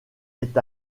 est